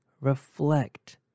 reflect